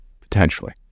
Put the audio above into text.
potentially